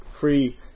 free